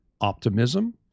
optimism